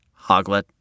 hoglet